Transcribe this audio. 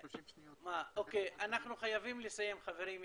אנחנו חייבים לסיים, חברים.